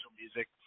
music